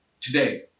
today